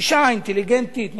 אשה אינטליגנטית,